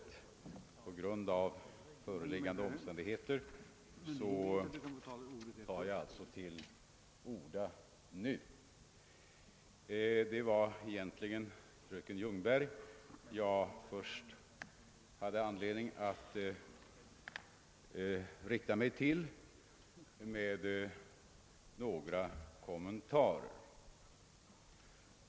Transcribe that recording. Men på grund av föreliggande omständigheter får jag alltså nu ta till orda. Först har jag då anledning rikta mig till fröken Ljungberg med några kommentarer.